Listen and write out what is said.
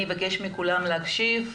אני אבקש מכולם להקשיב,